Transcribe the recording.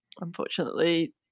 unfortunately